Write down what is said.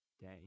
day